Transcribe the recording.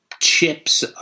chips